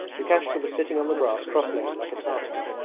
lukashka was sitting on the grass crosslegged like a tartar,